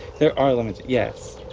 there are limits. yes.